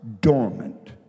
dormant